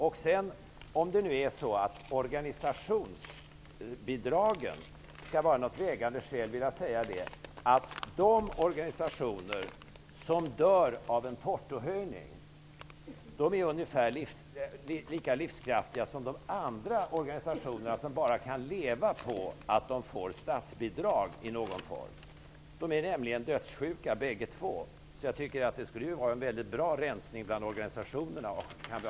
Om nu organisationsbidragen skall vara något vägande skäl vill jag säga att de organisationer som dör av en portohöjning är ungefär lika livskraftiga som de organisationer som bara kan leva om de får statsbidrag i någon form -- de är dödssjuka bägge två. Det skulle i så fall vara en väldigt bra rensning bland organisationerna.